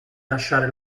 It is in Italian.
lasciare